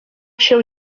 się